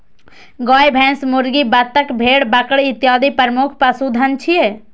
गाय, भैंस, मुर्गी, बत्तख, भेड़, बकरी इत्यादि प्रमुख पशुधन छियै